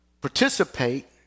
participate